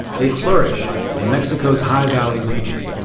they flourished in mexico's high valley region,